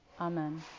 Amen